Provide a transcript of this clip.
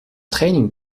training